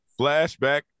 flashback